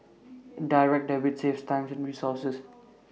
Direct Debit saves time and resources